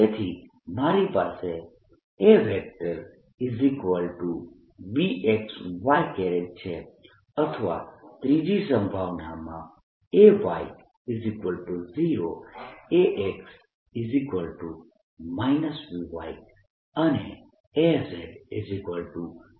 તેથી મારી પાસે AB x y છે અથવા ત્રીજી સંભાવનામાં Ay0 Ax By અને Az0 છે